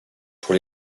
pour